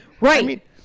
Right